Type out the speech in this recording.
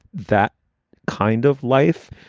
that kind of life,